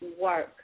work